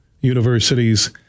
universities